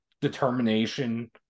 determination